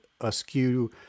askew